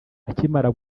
akimara